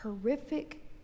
horrific